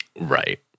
Right